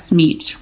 meat